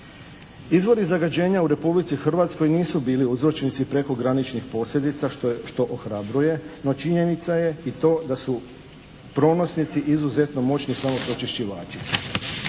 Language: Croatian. Izvori zagađenja u Republici Hrvatskoj nisu bili uzročnici prekograničnih posljedica što ohrabruje, no činjenica je i to da su pronosnici izuzetno moćni samopročišćivači.